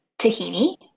tahini